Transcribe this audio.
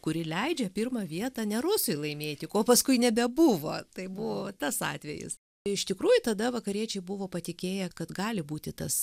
kuri leidžia pirmą vietą ne rusui laimėti ko paskui nebebuvo tai buvo tas atvejis iš tikrųjų tada vakariečiai buvo patikėję kad gali būti tas